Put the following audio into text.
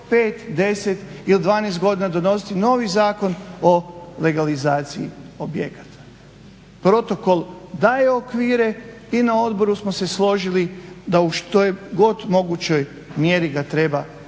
5, 10 ili 12 godina donositi novi Zakon o legalizaciji objekata. Protokol daje okvire i na odboru smo se složili da je u što god mogućoj mjeri ga treba poštivati